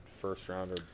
first-rounder